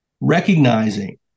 Recognizing